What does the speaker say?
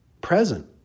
present